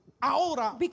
Ahora